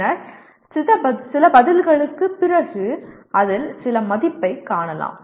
பின்னர் சில பதில்களுக்குப் பிறகு அதில் சில மதிப்பைக் காணலாம்